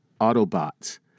autobots